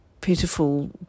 pitiful